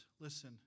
Listen